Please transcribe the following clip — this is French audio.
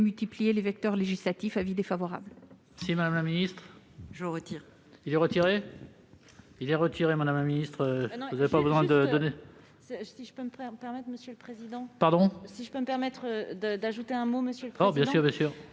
multiplier les vecteurs législatifs. Avis défavorable.